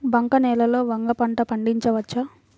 బంక నేలలో వంగ పంట పండించవచ్చా?